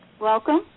Welcome